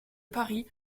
paris